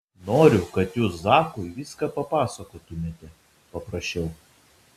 noriu kad jūs zakui viską papasakotumėte paprašiau